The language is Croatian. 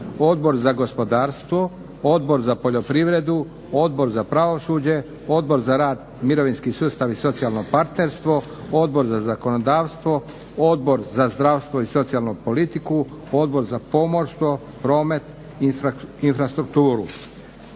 Odbor za gospodarstvo, Odbor za poljoprivredu, Odbor za pravosuđe, Odbor za rad, mirovinski sustav i socijalno partnerstvo, Odbor za zakonodavstvo, Odbor za zdravstvo i socijalnu politiku, Odbor za pomorstvo, promet, infrastrukturu.